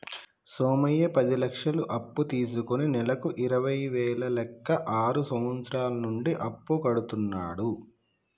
సోమయ్య పది లక్షలు అప్పు తీసుకుని నెలకు ఇరవై వేల లెక్క ఆరు సంవత్సరాల నుంచి అప్పు కడుతున్నాడు